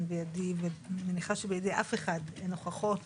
אני מניחה שבידי אף אחד אין הוכחות